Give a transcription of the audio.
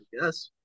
Yes